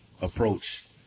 approach